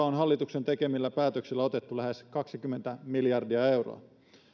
on hallituksen tekemillä päätöksillä otettu lähes kaksikymmentä miljardia euroa